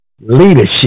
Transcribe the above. leadership